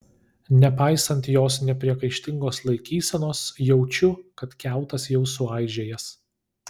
nepaisant jos nepriekaištingos laikysenos jaučiu kad kiautas jau suaižėjęs